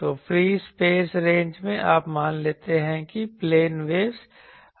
तो free space range में आप मान लेते हैं कि प्लेन वेव्स आ रही हैं